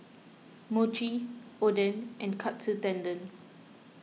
Mochi Oden and Katsu Tendon